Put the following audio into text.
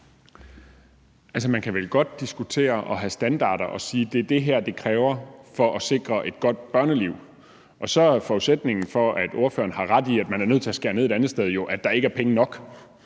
Man kan vel godt diskutere og have standarder og sige, at det er det her, det kræver for at sikre et godt børneliv. Så er forudsætningen for, at ordføreren har ret i, at man er nødt til at skære ned et andet sted, jo, at der ikke er penge nok,